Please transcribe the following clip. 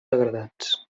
degradats